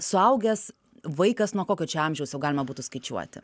suaugęs vaikas nuo kokio amžiaus jau galima būtų skaičiuoti